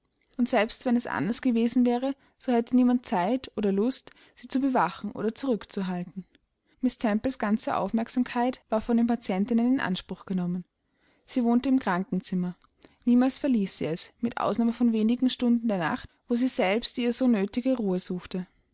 und selbst wenn es anders gewesen wäre so hatte niemand zeit oder lust sie zu bewachen oder zurückzuhalten miß temples ganze aufmerksamkeit war von den patientinnen in anspruch genommen sie wohnte im krankenzimmer niemals verließ sie es mit ausnahme von wenigen stunden der nacht wo sie selbst die ihr so nötige ruhe suchte